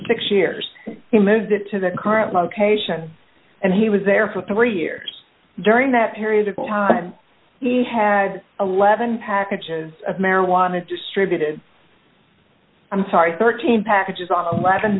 six years he moved it to the current location and he was there for three years during that period of time he had eleven packages of marijuana distributed i'm sorry thirteen packages on the